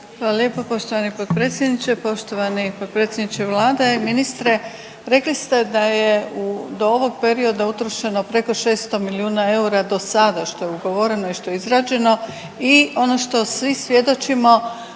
Hvala lijepo poštovani potpredsjedniče. Poštovani potpredsjedniče Vlade i ministre, rekli ste da je do ovog perioda utrošeno preko 600 milijuna eura dosada što je ugovoreno i što je izrađeno i ono što svi svjedočimo